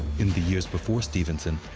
in the years before stevenson,